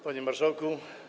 Panie Marszałku!